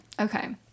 okay